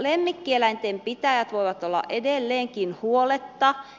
lemmikkieläinten pitäjät voivat olla edelleenkin huoletta